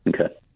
Okay